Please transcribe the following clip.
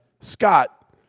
Scott